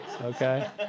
Okay